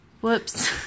Whoops